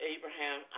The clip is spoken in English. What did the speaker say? Abraham